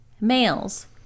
males